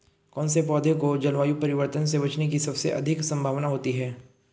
कौन से पौधे को जलवायु परिवर्तन से बचने की सबसे अधिक संभावना होती है?